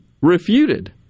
refuted